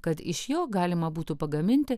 kad iš jo galima būtų pagaminti